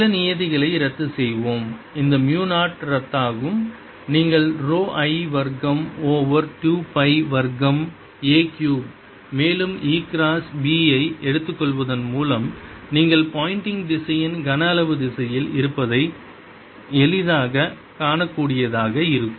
சில நியதிகளை ரத்து செய்வோம் இந்த மு 0 ரத்தாகும் நீங்கள் ரோ I வர்க்கம் ஓவர் 2 பை வர்க்கம் a க்யூப் மேலும் E கிராஸ் B ஐ எடுத்துக்கொள்வதன் மூலம் நீங்கள் போயண்டிங் திசையன் கன அளவு திசையில் இருப்பதை எளிதாகக் காணக்கூடியதாக இருக்கும்